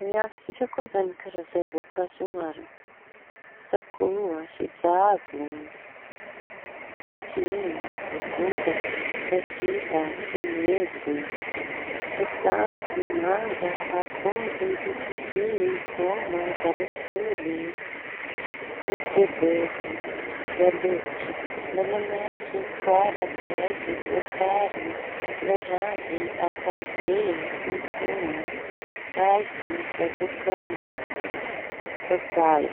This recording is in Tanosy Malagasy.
Rehafisika koa izañy karaza voan-kazo maro sakoa, sojavo, kaky, vovotaky, raketa, tsinefy, votango, manga, akondro, letisy, pôma, garasoly, keridebefy, valoboky, mananasy, frezy, vosary, loranjy, ampalibe, konikony, paiso, zavoka, papay.